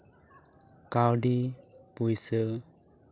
ᱠᱟᱹᱣᱰᱤ ᱯᱩᱭᱥᱟᱹ